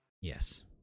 yes